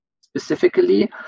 specifically